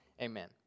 Amen